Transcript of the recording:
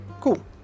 Cool